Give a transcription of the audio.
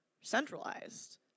centralized